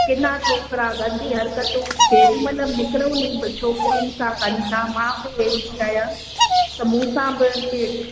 किना छोकिरा गंदी हरकतूं केॾीमहिल निकराऊं नि पोइ छोकिरिन सां कनि ता मां वई आहियां त मूसां बि अची